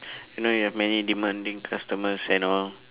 you know you have many demanding customers and all